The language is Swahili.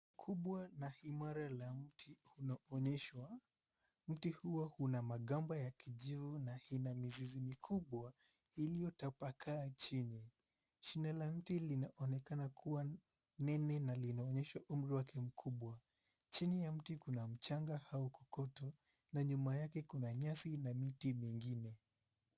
Kubwa na imara la mti unaonyeshwa. Mti huu una magamba ya kijivu na ina mizizi mikubwa iliyotapakaa chini. Shina la mti linaonekana kuwa nene na linaonyesha umri wake mkubwa. Chini ya mti kuna mchanga au kokoto na nyuma yake kuna nyasi na miti mingine.